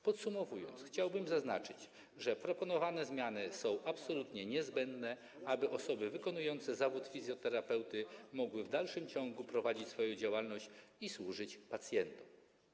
Podsumowując, chciałbym zaznaczyć, że proponowane zmiany są absolutnie niezbędne, aby osoby wykonujące zawód fizjoterapeuty mogły w dalszym ciągu prowadzić swoją działalność i służyć pacjentom.